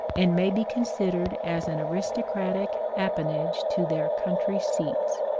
and may be considered as an aristocratic apanage to their country seats.